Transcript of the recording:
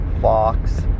Fox